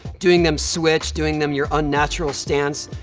doing them switched, doing them your unnatural stance.